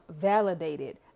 validated